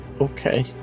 Okay